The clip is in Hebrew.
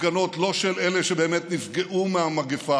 הפגנות לא של אלה שבאמת נפגעו מהמגפה,